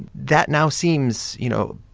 that now seems, you know,